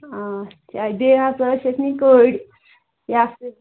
اچھا بیٚیہِ ہسا ٲسۍ اَسہِ نِنۍ کٔڑۍ یا سا